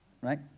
right